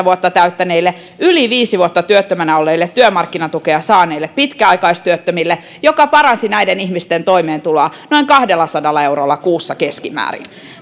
vuotta täyttäneille yli viisi vuotta työttömänä olleille työmarkkinatukea saaneille pitkäaikaistyöttömille mikä paransi näiden ihmisten toimeentuloa noin kahdellasadalla eurolla kuussa keskimäärin